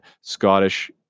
Scottish